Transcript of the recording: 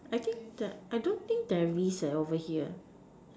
I think the I don't think there is eh over here